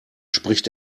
spricht